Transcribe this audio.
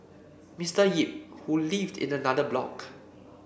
Mister Yip who lived in another block